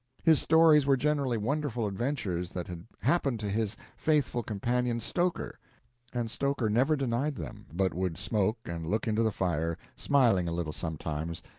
his stories were generally wonderful adventures that had happened to his faithful companion, stoker and stoker never denied them, but would smoke and look into the fire, smiling a little sometimes,